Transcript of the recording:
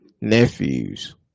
nephews